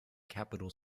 capital